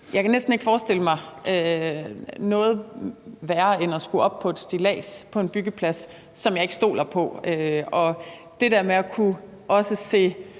Jeg kan næsten ikke forestille mig noget værre end at skulle op på et stillads på en byggeplads, som jeg ikke stoler på, og det der med også at kunne se